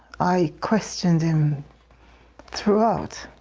i questioned him throughout.